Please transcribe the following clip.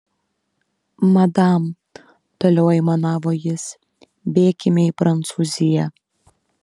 madam toliau aimanavo jis bėkime į prancūziją